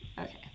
okay